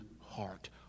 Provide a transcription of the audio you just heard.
heart